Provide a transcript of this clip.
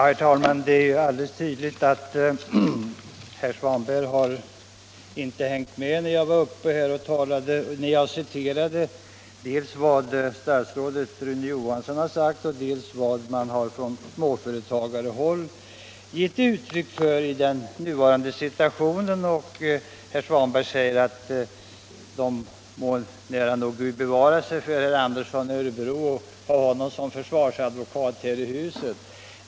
Herr talman! Det är alldeles tydligt att herr Svanberg inte har hängt med när jag talade här. Jag citerade dels vad statsrådet Rune Johansson har sagt, dels våd man på småföretagarhåll har gett uttryck för i den nuvarande situationen. Herr Svanberg sade att småföretagarna må nära nog be Gud bevara sig för att ha herr Andersson i Örebro som försvarsadvokat här i huset.